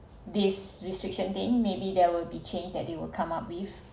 this restriction thing maybe there will be changed that they will come up with